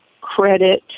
credit